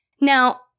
Now